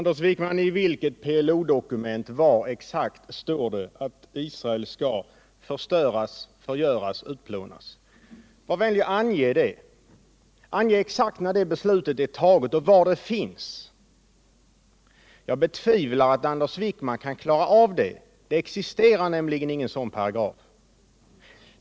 Herr talman! I vilket PLO-dokument, Anders Wijkman, står det att Israel skall förstöras, förgöras, utplånas? Var vänlig ange det, ange exakt när beslutet är taget och var det återfinns! Jag betvivlar att Anders Wijkman kan klara av det — det existerar nämligen ingen sådan paragraf.